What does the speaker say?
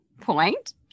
point